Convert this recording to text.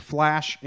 Flash